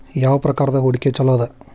ಯಾವ ಪ್ರಕಾರದ ಹೂಡಿಕೆ ಚೊಲೋ ಅದ